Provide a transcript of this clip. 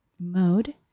mode